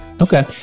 okay